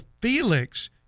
Felix